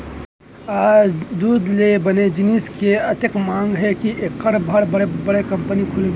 आज दूद ले बने जिनिस के अतेक मांग हे के एकर बर बड़े बड़े कंपनी खुलगे हे